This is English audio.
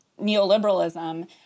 neoliberalism